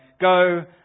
Go